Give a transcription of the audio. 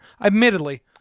Admittedly